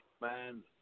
Man